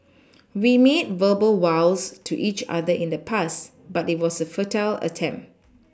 we made verbal vows to each other in the past but it was a futile attempt